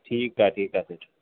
ठीकु आहे ठीकु आहे अचो जय झूलेलाल